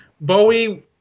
Bowie